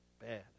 Bad